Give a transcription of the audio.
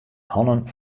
hannen